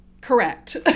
Correct